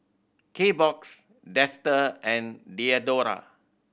Kbox Dester and Diadora